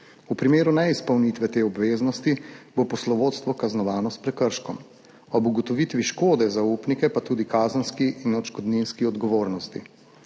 V primeru neizpolnitve te obveznosti bo poslovodstvo [podvrženo] prekrškovni odgovornosti, ob ugotovitvi škode za upnike pa tudi kazenski in odškodninski odgovornosti.